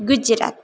Gujarat